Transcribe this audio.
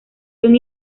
son